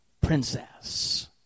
princess